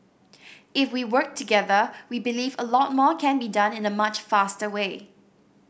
if we work together we believe a lot more can be done in a much faster way